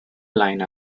line